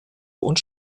und